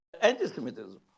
anti-semitism